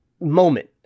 moment